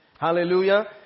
Hallelujah